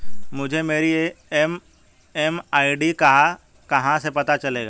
मुझे मेरी एम.एम.आई.डी का कहाँ से पता चलेगा?